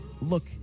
Look